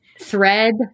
thread